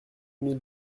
mille